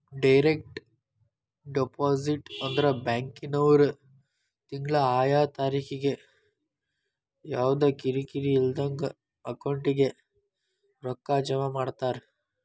direct deposit ಅಂದ್ರ ಬ್ಯಾಂಕಿನ್ವ್ರು ತಿಂಗ್ಳಾ ಆಯಾ ತಾರಿಕಿಗೆ ಯವ್ದಾ ಕಿರಿಕಿರಿ ಇಲ್ದಂಗ ಅಕೌಂಟಿಗೆ ರೊಕ್ಕಾ ಜಮಾ ಮಾಡ್ತಾರ